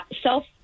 self